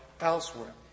elsewhere